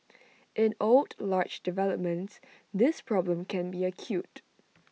in old large developments this problem can be acute